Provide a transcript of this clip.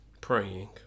praying